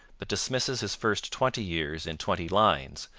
but dismisses his first twenty years in twenty lines,